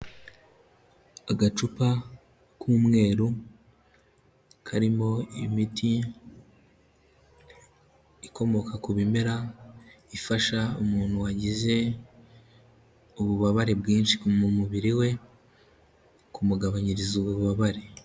Agacupa k'umweru karimo imiti ikomoka ku bimera ifasha umuntu wagize ububabare bwinshi mu mubiri we kumugabanyiriza ububabare.